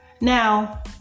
Now